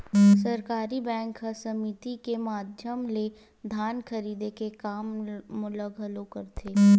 सहकारी बेंक ह समिति के माधियम ले धान खरीदे के काम ल घलोक करथे